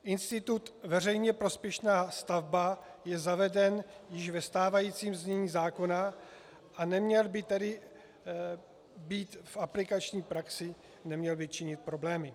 Institut veřejně prospěšná stavba je zaveden již ve stávajícím znění zákona a neměl by tedy v aplikační praxi činit problémy.